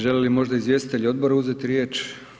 Želi li možda izvjestitelj odbora uzeti riječ?